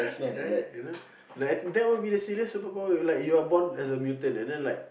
right you know that will be the silliest superpower you like you are born as a mutant and then you like